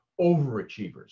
overachievers